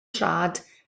traed